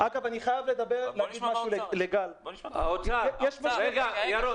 אגב, אני חייב לדבר לגל --- רגע, ירון.